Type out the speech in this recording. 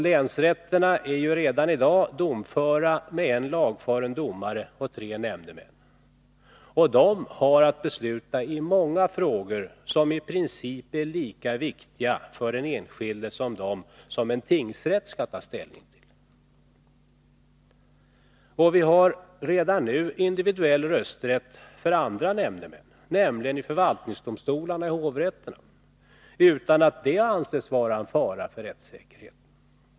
Länsrätterna är redan i dag domföra med en lagfaren domare och tre nämndemän — och de har att besluta i många frågor om i princip är lika viktiga för den enskilde som de som en tingsrätt skall ta ställning till. Och vi har redan nu individuell rösträtt för andra nämndemän, nämligen i förvaltningsdomstolarna i hovrätterna, utan att det antas vara en fara för rättssäkerheten.